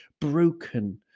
broken